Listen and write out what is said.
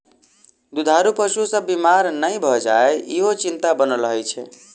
दूधारू पशु सभ बीमार नै भ जाय, ईहो चिंता बनल रहैत छै